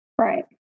Right